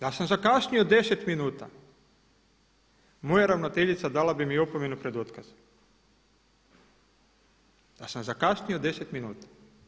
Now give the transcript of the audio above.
Da sam zakasnio 10 minuta moja ravnateljica dala bi mi opomenu pred otkaz, da sam zakasnio 10 minuta.